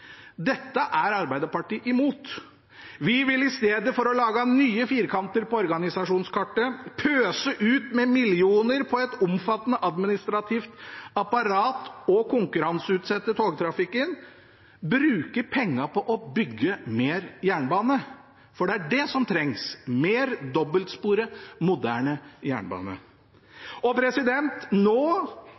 Dette er Arbeiderpartiet imot. I stedet for å lage nye firkanter på organisasjonskartet, pøse ut millioner på et omfattende administrativt apparat og konkurranseutsette togtrafikken, vil vi bruke pengene på å bygge mer jernbane, for det er det som trengs – mer dobbeltsporet, moderne jernbane. Nå